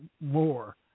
more